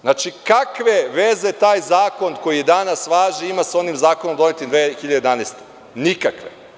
Znači, kakve veze taj zakon koji danas važi ima sa onim zakonom donetim 2011. godine?